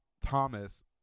Thomas